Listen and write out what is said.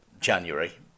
January